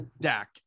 Dak